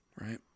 Right